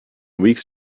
weeks